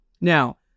Now